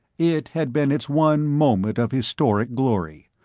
it had been its one moment of historic glory,